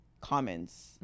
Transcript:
comments